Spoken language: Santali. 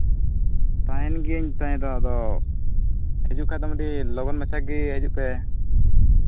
ᱛᱟᱦᱮᱱ ᱜᱤᱭᱟᱹᱧ ᱛᱟᱦᱮᱸ ᱫᱚ ᱟᱫᱚ ᱦᱤᱡᱩᱜ ᱠᱷᱟᱱ ᱫᱚᱢ ᱟᱹᱰᱤ ᱞᱚᱜᱚᱱ ᱢᱟᱪᱷᱟ ᱜᱮ ᱦᱤᱡᱩᱜ ᱯᱮ